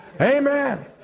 amen